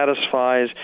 satisfies